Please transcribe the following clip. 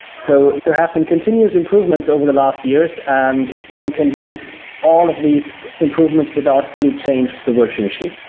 so there have been continuous improvements over the last years, and if you and can use all of these improvements without any change to the virtual machine.